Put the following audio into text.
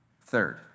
Third